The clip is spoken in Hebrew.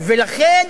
ולכן